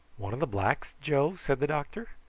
one of the blacks, joe? said the doctor.